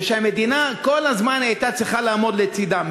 זה שהמדינה כל הזמן הייתה צריכה לעמוד לצדם.